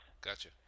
Gotcha